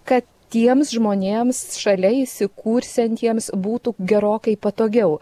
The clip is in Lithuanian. kad tiems žmonėms šalia įsikursiantiems būtų gerokai patogiau